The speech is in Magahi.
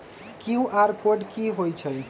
कियु.आर कोड कि हई छई?